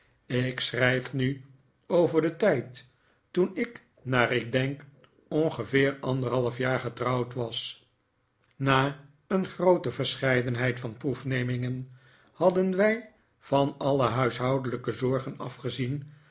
ik schrijf nu over den tijd toen ik naar ik denk ongeveer anderhalf jaar getrouwd was na een groote verscheidenheid van proefnemingen hadden wij van alle huishoudelijke zorgen afgezien